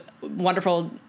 wonderful